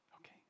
Okay